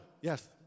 Yes